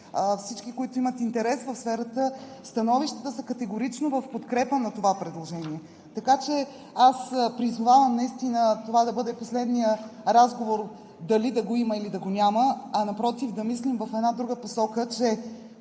всички, които имат интерес в сферата, становищата са категорично в подкрепа на това предложение. Аз призовавам наистина това да бъде последният разговор дали да го има, или да го няма, а напротив – да мислим в една друга посока, че